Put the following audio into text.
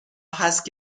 هست